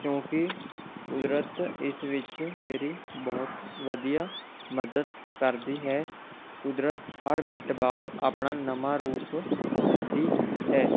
ਕਿਉਂਕਿ ਕੁਦਰਤ ਇਸ ਵਿੱਚ ਮੇਰੀ ਬਹੁਤ ਵਧੀਆ ਮਦਦ ਕਰਦੀ ਹੈ ਕੁਦਰਤ ਹਰ ਮਿੰਟ ਬਾਅਦ ਆਪਣਾ ਨਵਾਂ ਰੂਪ ਲੈਂਦੀ ਹੈ